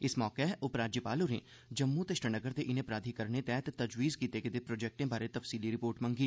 इस मौके उपराज्यपाल होरें जम्मू ते श्रीनगर दे इनें प्राधिकरणें तैह्त तजवीज़ कीते गेदे प्रोजेक्टें बारै तफ्सीली रिपोर्ट मंग्गी